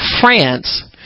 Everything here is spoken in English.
France